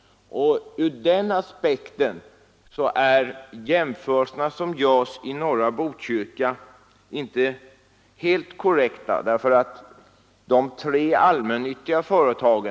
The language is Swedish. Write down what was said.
Ur den aspekten är de jämförelser som görs i norra Botkyrka inte helt korrekta. I området finns tre allmännyttiga företag.